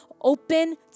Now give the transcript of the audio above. open